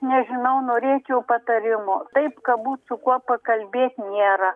nežinau norėčiau patarimo taip ka būt su kuo pakalbėt nėra